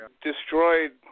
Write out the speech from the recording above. destroyed